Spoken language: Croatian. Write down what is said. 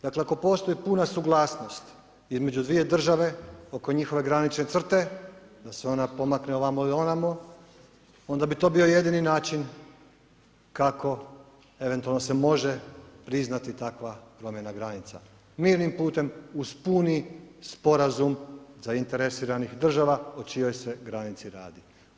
Dakle, ako postoji puna suglasnost između dvije države, oko njihove granične crte, da se ona pomakne ovamo ili onamo, onda bi to bio jedini način kako eventualno se može priznati takva promjena granica, mirnim putem uz puni Sporazum zainteresiranih država o čijoj se granici radi.